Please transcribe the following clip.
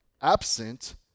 absent